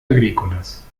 agrícolas